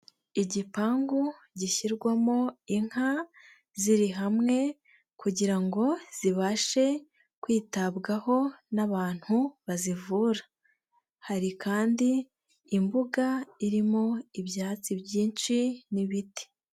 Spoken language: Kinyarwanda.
Igipangu gishyirwamo inka ziri hamwe kugira ngo zibashe kwitabwaho n'abantu bazivura hari kandi imbuga irimo ibyatsi byinshi n'ibiti.